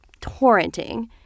torrenting